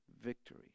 victory